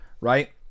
Right